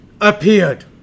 appeared